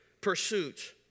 pursuits